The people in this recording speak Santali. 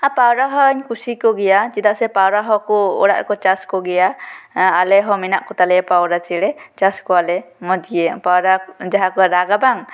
ᱟᱨ ᱯᱟᱣᱨᱟ ᱦᱚᱧ ᱠᱩᱥᱤ ᱟᱠᱚ ᱜᱮᱭᱟ ᱪᱮᱫᱟᱜ ᱥᱮ ᱯᱟᱣᱨᱟ ᱦᱚᱠᱚ ᱚᱲᱟᱜ ᱨᱮᱠᱚ ᱪᱟᱥ ᱠᱚᱜᱮᱭᱟ ᱟᱞᱮ ᱦᱚᱸ ᱢᱮᱱᱟᱜ ᱠᱚ ᱛᱟᱞᱮᱭᱟ ᱯᱟᱣᱨᱟ ᱪᱮᱬᱮ ᱪᱟᱥ ᱠᱚᱣᱟ ᱞᱮ ᱢᱚᱡᱽ ᱜᱮ ᱯᱟᱣᱨᱟ ᱡᱟᱦᱟᱸ ᱠᱚ ᱨᱟᱜᱟ ᱵᱟᱝ